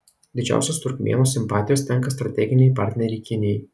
didžiausios turkmėnų simpatijos tenka strateginei partnerei kinijai